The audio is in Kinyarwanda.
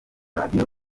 radio